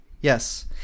Yes